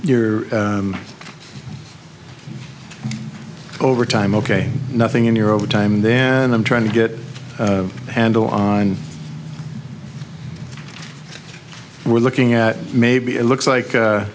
your overtime ok nothing in your overtime then i'm trying to get a handle on we're looking at maybe it looks like